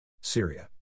Syria